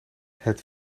het